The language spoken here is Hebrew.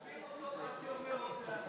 כופים אותו עד שיאמר "רוצה אני".